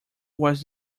was